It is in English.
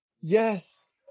Yes